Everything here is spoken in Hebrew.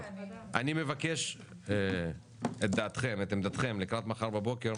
אני מבקש את עמדתכם לקראת מחר בבוקר